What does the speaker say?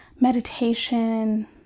meditation